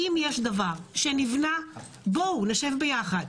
אם יש דבר שנבנה בואו נשב יחד,